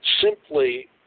simply